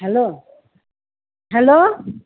hello hello